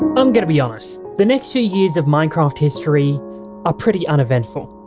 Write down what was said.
i'm gonna be honest. the next few years of minecraft history are pretty uneventful.